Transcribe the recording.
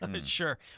Sure